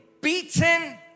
beaten